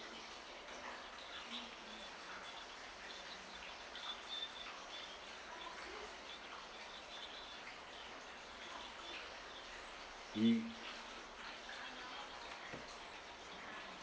mmhmm